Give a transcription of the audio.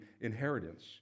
inheritance